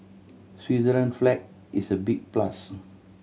Switzerland flag is a big plus